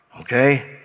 okay